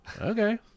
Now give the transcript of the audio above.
Okay